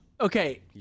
Okay